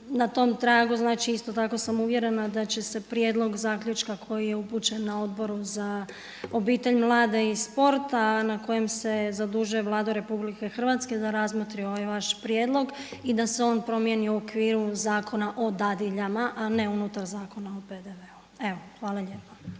na tom tragu znači isto tako sam uvjerena da će se prijedlog zaključka koji je upućen na Odboru za obitelj, mlade i sport a na kojem se zadužuje Vladu RH da razmotri ovaj vaš prijedlog i da se on promijeni u okviru Zakona o dadiljama a ne unutar Zakona o PDV-u. Evo hvala lijepa.